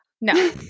No